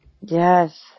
Yes